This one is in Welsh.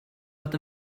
fod